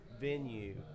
venue